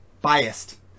biased